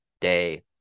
day